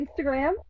Instagram